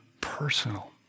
personal